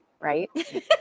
Right